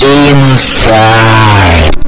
inside